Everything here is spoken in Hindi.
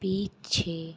पीछे